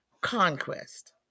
conquest